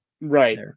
Right